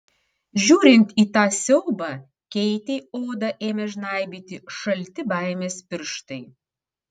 žiūrint į tą siaubą keitei odą ėmė žnaibyti šalti baimės pirštai